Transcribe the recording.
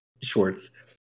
shorts